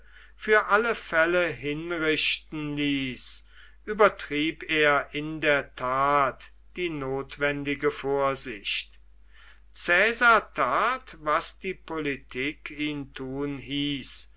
für alle fälle hinrichten ließ übertrieb er in der tat die notwendige vorsicht caesar tat was die politik ihn tun hieß